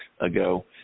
ago